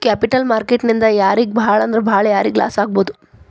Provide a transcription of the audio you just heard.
Capital market ನಿಂದಾ ಯಾರಿಗ್ ಭಾಳಂದ್ರ ಭಾಳ್ ಯಾರಿಗ್ ಲಾಸಾಗ್ಬೊದು?